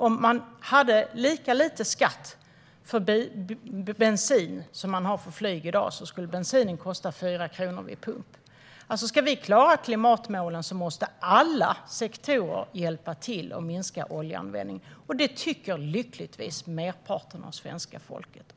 Om man hade lika låg skatt på bensin som man har för flyg i dag skulle bensinen kosta 4 kronor vid pump. Om vi ska klara klimatmålen måste alla sektorer hjälpa till med att minska oljeanvändningen. Det tycker lyckligtvis också merparten av svenska folket.